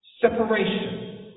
separation